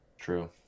True